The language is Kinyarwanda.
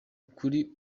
kuri